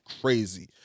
crazy